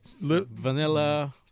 vanilla